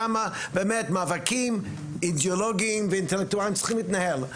שם באמת מאבקים אידיאולוגיים ואינטלקטואליים צריכים להתנהל.